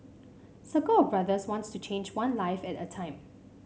circle of Brothers wants to change one life at a time